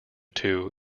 two